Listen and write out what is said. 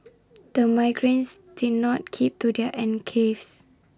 the migrants did not keep to their enclaves